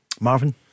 Marvin